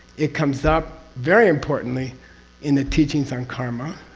it comes up very importantly in the teachings on karma,